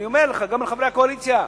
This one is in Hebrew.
ואני אומר לך, וגם לחברי הקואליציה,